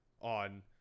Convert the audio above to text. on